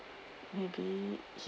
maybe